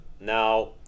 now